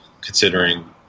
considering